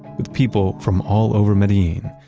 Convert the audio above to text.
with people from all over medellin,